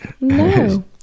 No